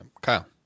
Kyle